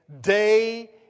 day